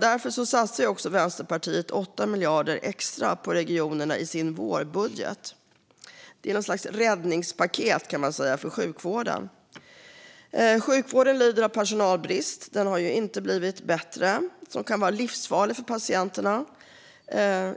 Därför satsar Vänsterpartiet 8 miljarder extra på regionerna i sin vårbudget. Man kan säga att det är ett slags räddningspaket för sjukvården. Sjukvården lider av personalbrist, som inte har blivit bättre utan kan vara livsfarlig för patienterna.